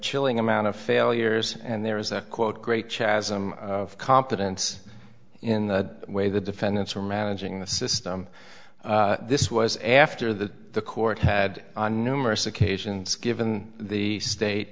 chilling amount of failures and there is a quote great chazz i'm confidence in the way the defendants were managing the system this was after the court had on numerous occasions given the state